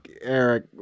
eric